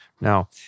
Now